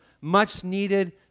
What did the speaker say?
much-needed